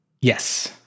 Yes